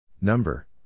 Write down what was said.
Number